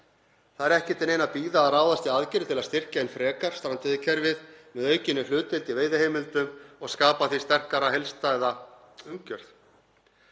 Það er ekki eftir neinu að bíða að ráðast í aðgerðir til að styrkja enn frekar strandveiðikerfið með aukinni hlutdeild í veiðiheimildum og skapa því sterkari og heildstæða umgjörð.